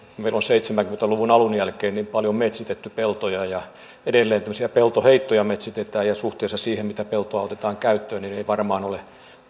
on seitsemänkymmentä luvun alun jälkeen paljon metsitetty peltoja ja edelleen tämmöisiä peltoheittoja metsitetään ja suhteessa siihen mitä peltoa otetaan käyttöön ei varmaan ole